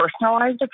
personalized